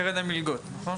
קרן המלגות, נכון?